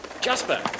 Jasper